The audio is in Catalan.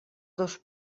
dos